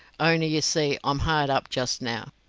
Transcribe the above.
only you see i'm hard up just now.